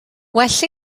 well